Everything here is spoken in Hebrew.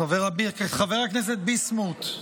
חבר הכנסת ביסמוט,